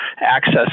access